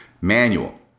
manual